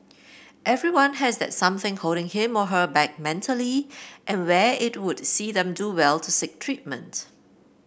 everyone has that something holding him or her back mentally and where it would see them do well to seek treatment